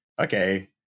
okay